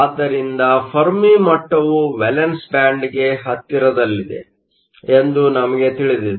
ಆದ್ದರಿಂದ ಫೆರ್ಮಿ ಮಟ್ಟವು ವೇಲೆನ್ಸ್ ಬ್ಯಾಂಡ್ಗೆ ಹತ್ತಿರದಲ್ಲಿದೆ ಎಂದು ನಮಗೆ ತಿಳಿದಿದೆ